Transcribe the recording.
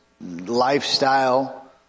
lifestyle